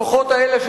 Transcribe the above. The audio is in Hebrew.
הכוחות האלה,